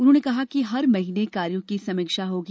उन्होंने कहा कि हर महीने कार्यों की समीक्षा होगी